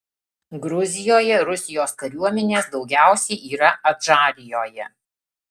gruzijoje rusijos kariuomenės daugiausiai yra adžarijoje